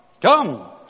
come